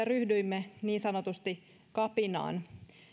ryhdyimme niin sanotusti kapinaan